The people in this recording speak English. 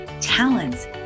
talents